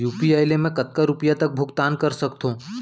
UPI ले मैं कतका रुपिया तक भुगतान कर सकथों